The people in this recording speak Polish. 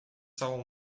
całą